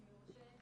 אם יורשה.